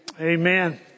Amen